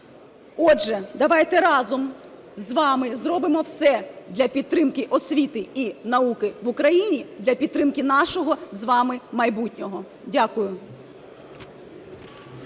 Отже, давайте разом з вами зробимо все для підтримки освіти і науки в Україні, для підтримки нашого з вами майбутнього. Дякую.